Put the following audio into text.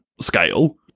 scale